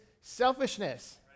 selfishness